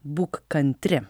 būk kantri